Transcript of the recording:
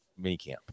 minicamp